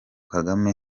kagame